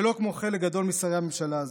שלא כמו חלק גדול משרי הממשלה הזו,